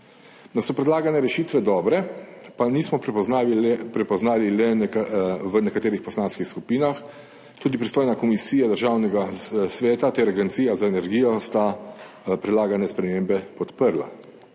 Da so predlagane rešitve dobre, pa nismo prepoznali le v nekaterih poslanskih skupinah, tudi pristojna komisija Državnega sveta ter Agencija za energijo sta predlagane spremembe podprli.